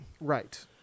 Right